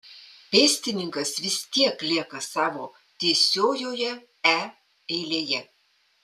pėstininkas vis tiek lieka savo tiesiojoje e eilėje